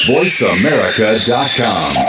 VoiceAmerica.com